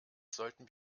sollten